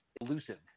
elusive